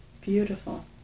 Beautiful